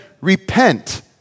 Repent